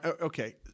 Okay